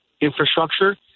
infrastructure